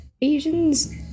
Asians